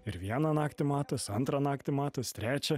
ir vieną naktį matos antrą naktį matos trečią